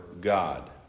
God